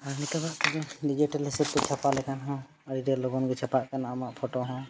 ᱟᱨ ᱱᱤᱛᱚᱜᱟᱜ ᱛᱮᱫᱚ ᱰᱤᱡᱤᱴᱮᱞ ᱦᱤᱥᱟᱹᱵᱽ ᱛᱮ ᱪᱷᱟᱛᱟ ᱞᱮᱠᱟᱱ ᱦᱚᱸ ᱟ ᱰᱤ ᱰᱷᱮᱨ ᱞᱚᱜᱚᱱ ᱜᱮ ᱪᱷᱟᱯᱟᱜ ᱠᱟᱱᱟ ᱟᱢᱟᱜ ᱯᱷᱳᱴᱳ ᱦᱚᱸ